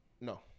No